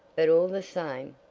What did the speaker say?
but all the same,